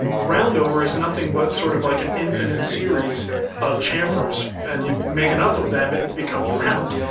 a round over is nothing but sort of like an infinite series of chamfers. and you make enough of them, it becomes round.